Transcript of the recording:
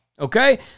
Okay